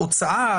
הוצאה,